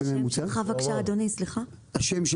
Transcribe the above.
אם אנחנו